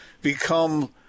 Become